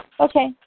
Okay